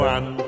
One